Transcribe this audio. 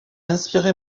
inspiré